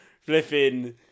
flipping